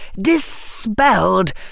dispelled